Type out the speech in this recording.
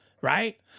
right